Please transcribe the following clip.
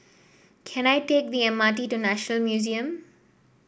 can I take the M R T to National Museum